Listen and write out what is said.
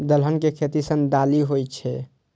दलहन के खेती सं दालि होइ छै